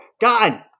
God